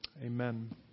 Amen